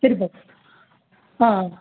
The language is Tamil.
சரிப்பா ஆ ஆ